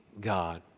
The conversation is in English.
God